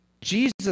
Jesus